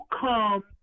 come